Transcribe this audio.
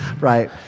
right